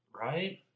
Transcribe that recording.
right